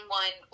one